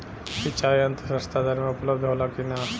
सिंचाई यंत्र सस्ता दर में उपलब्ध होला कि न?